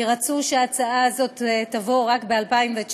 כי רצו שההצעה הזאת תבוא רק ב-2019,